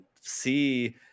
see